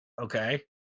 Okay